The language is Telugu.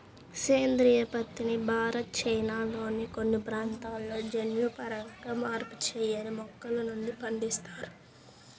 సేంద్రీయ పత్తిని భారత్, చైనాల్లోని కొన్ని ప్రాంతాలలో జన్యుపరంగా మార్పు చేయని మొక్కల నుండి పండిస్తారు